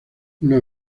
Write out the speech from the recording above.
una